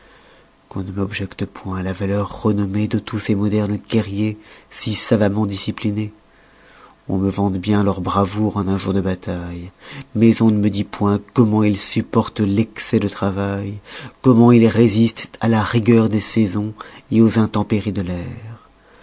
qu'on ne m'objecte point la valeur renommée de tous ces modernes guerriers si savamment disciplinés on me vante bien leur bravoure en un jour de bataille mais on ne me dit point comment ils supportent l'excès du travail comment ils résistent à la rigueur des saisons aux intempéries de l'air